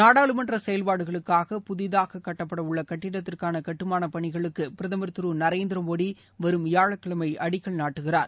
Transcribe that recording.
நாடாளுமன்ற செயல்பாடுகளுக்காக புதிதாக கட்டப்படவுள்ள கட்டிடத்திற்கான கட்டுமான பணிகளுக்கு பிரதமர் திரு நரேந்திர மோடி வரும் வியாழக்கிழமை அடிக்கல் நாட்டுகிறார்